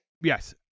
Yes